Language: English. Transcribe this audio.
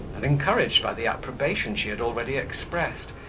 and encouraged by the approbation she had already expressed,